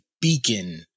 beacon